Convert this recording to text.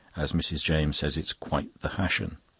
as mrs. james says it's quite the fashion.